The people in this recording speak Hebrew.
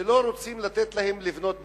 שלא רוצים לתת להם לבנות במקום,